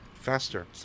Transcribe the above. faster